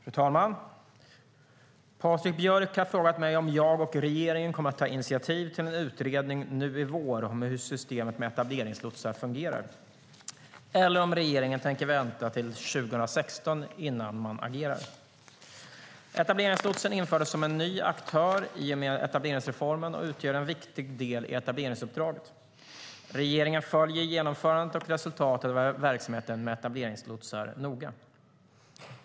Fru talman! Patrik Björck har frågat mig om jag och regeringen kommer att ta initiativ till en utredning nu i vår om hur systemet med etableringslotsar fungerar eller om regeringen tänker vänta till 2016 innan man agerar. Etableringslotsen infördes som ny aktör i och med etableringsreformen och utgör en viktig del i etableringsuppdraget. Regeringen följer genomförandet och resultatet av verksamheten med etableringslotsar noga.